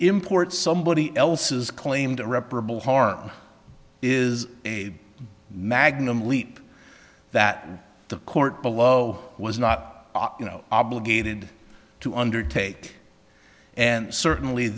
import somebody else's claimed irreparable harm is a magnum leap that the court below was not obligated to undertake and certainly